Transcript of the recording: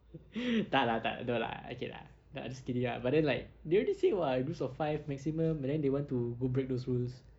tak lah tak lah no lah okay lah no I just kidding ah but then like they already say [what] groups of five maximum but then they want to go break those rules